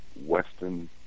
Western